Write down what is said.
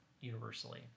universally